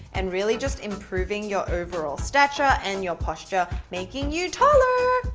and really just improving your overall stature, and your posture making you taller,